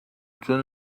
cun